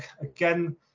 Again